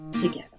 together